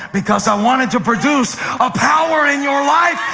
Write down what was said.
because i wanted to produce a power in your life,